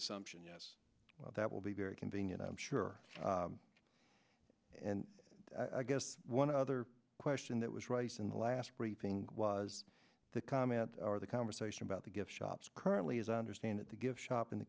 assumption yes that will be very convenient i'm sure and i guess one other question that was rice in the last briefing was the comment or the conversation about the gift shops currently as i understand it the gift shop in the